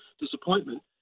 disappointment